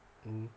mmhmm